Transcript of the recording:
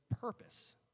purpose